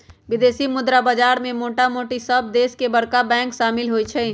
विदेशी मुद्रा बाजार में मोटामोटी सभ देश के बरका बैंक सम्मिल होइ छइ